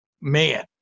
Man